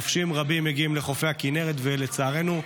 נופשים רבים מגיעים לחופי הכינרת, ולצערנו,